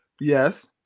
Yes